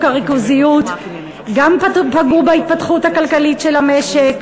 הריכוזיות גם פגעו בהתפתחות הכלכלית של המשק,